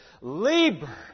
Labor